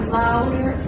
louder